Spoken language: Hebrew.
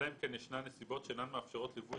אלא אם כן ישנן נסיבות שאינן מאפשרות ליווי